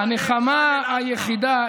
הנחמה היחידה,